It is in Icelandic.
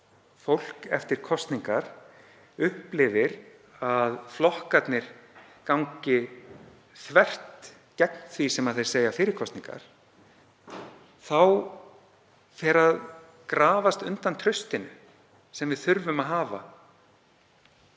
fólk eftir kosningar upplifir að flokkarnir gangi þvert gegn því sem þeir segja fyrir kosningar þá fer að grafa undan traustinu sem við þurfum að hafa.